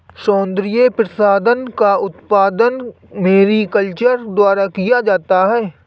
सौन्दर्य प्रसाधन का उत्पादन मैरीकल्चर द्वारा किया जाता है